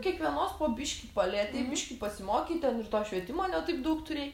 kiekvienos po biškį palietei biškį pasimokei ten ir to švietimo ne taip daug turėjai